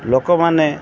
ଲୋକମାନେ